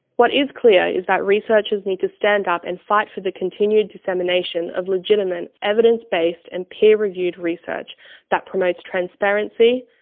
what is clear is that researchers need to stand up and fight for the continued dissemination of legitimate evidence-based and peer reviewed research that promotes transparency,